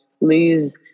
lose